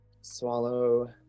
swallow